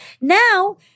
Now